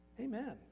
Amen